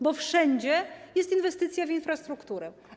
Bo wszędzie jest inwestycja w infrastrukturę.